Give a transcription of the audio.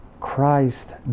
Christ